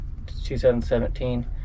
2017